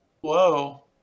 Whoa